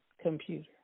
Computer